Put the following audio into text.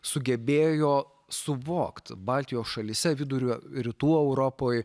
sugebėjo suvokt baltijos šalyse vidurio rytų europoj